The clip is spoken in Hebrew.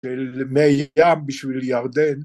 של מי ים בשביל ירדן